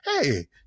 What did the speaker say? hey